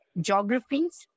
geographies